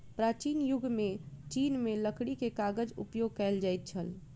प्राचीन युग में चीन में लकड़ी के कागज उपयोग कएल जाइत छल